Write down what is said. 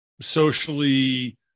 socially